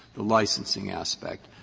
the licensing aspect?